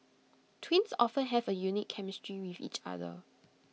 twins often have A unique chemistry with each other